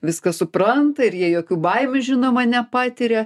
viską supranta ir jie jokių baimių žinoma nepatiria